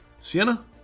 Sienna